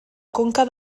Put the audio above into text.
conca